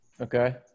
Okay